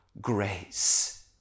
Grace